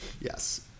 yes